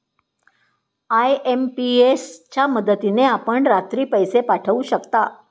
IMPS च्या मदतीने आपण रात्री पैसे पाठवू शकता